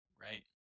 right